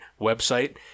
website